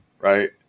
Right